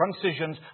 Transitions